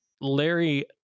Larry